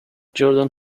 jordan